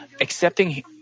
accepting